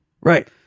Right